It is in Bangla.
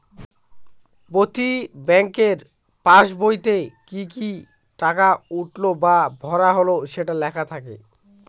প্রতি ব্যাঙ্কের পাসবইতে কি কি টাকা উঠলো বা ভরা হল সেটা লেখা থাকে